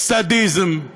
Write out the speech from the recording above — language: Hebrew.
סדיזם,